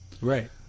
Right